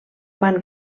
van